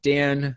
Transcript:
Dan